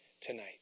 tonight